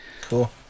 cool